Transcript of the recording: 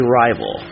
rival